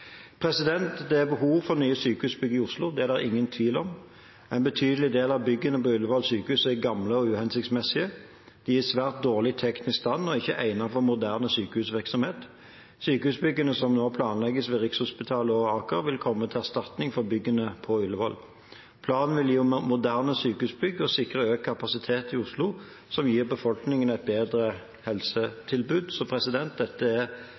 Det er behov for nye sykehusbygg i Oslo. Det er det ingen tvil om. En betydelig del av byggene på Ullevål sykehus er gamle og uhensiktsmessige. De er i svært dårlig teknisk stand og ikke egnet for moderne sykehusvirksomhet. Sykehusbyggene som nå planlegges ved Rikshospitalet og Aker, vil komme til erstatning for byggene på Ullevål. Planene vil gi moderne sykehusbygg og sikre økt kapasitet i Oslo, som gir befolkningen et bedre helsetilbud. Dette er